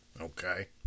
okay